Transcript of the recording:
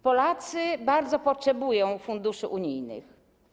Polacy bardzo potrzebują funduszy unijnych.